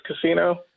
casino